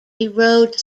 erode